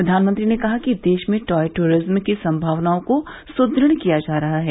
प्रधानमंत्री ने कहा कि देश में टॉय टूरिज्म की संभावनाओं को सुदृढ़ किया जा रहा है